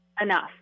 enough